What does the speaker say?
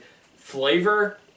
flavor